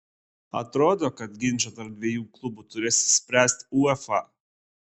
atrodo kad ginčą tarp dviejų klubų turės spręsti uefa